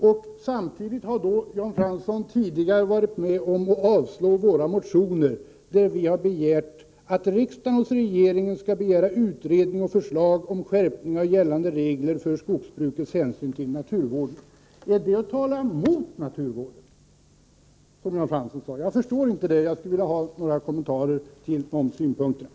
Jan Fransson har tidigare varit med om att avslå våra motioner, där vi har yrkat att riksdagen hos regeringen skall begära utredning och förslag om skärpning av gällande regler för skogsbrukets hänsyn till naturvården. Är det att tala mot naturvården, som Jan Fransson sade? Jag förstår inte det och skulle vilja ha några kommentarer till dessa synpunkter.